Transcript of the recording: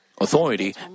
Authority